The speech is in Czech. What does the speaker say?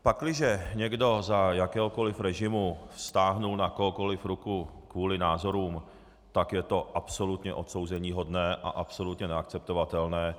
Pakliže někdo za jakéhokoliv režimu vztáhl na kohokoliv ruku kvůli názorům, tak je to absolutně odsouzeníhodné a absolutně neakceptovatelné.